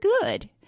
good